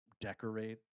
decorate